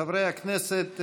חברי הכנסת,